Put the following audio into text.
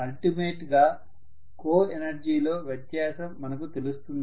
ultimate గా coenergy లో వ్యత్యాసం మనకు తెలుస్తుంది